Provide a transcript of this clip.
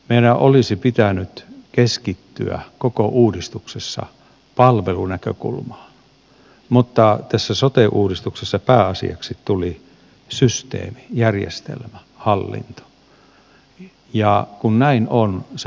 meidän olisi pitänyt keskittyä koko uudistuksessa palvelunäkökulmaan mutta tässä sote uudistuksessa pääasiaksi tuli systeemi järjestelmä hallinto ja kun näin on se päätarkoitus unohtuu